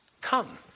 Come